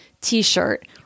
t-shirt